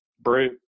brute